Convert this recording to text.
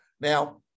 Now